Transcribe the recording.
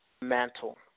Mantle